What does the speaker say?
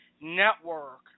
network